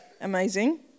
amazing